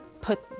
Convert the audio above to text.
put